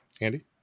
Andy